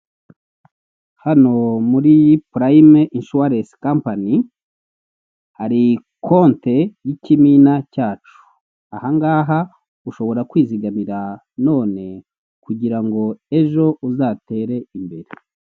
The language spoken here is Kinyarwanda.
Hano muri purayime inshuwarensi kampani hari konte y'ikimina cyacu, ahangaha ushobora kwizigamira none kugira ngo ejo uzatere imbere.